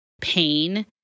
pain